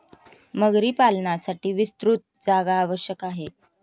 मगरी पालनासाठी विस्तृत जागा आवश्यक आहे